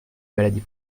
maladie